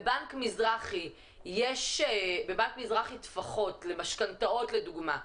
בבנק מזרחי טפחות למשכנתאות לדוגמה,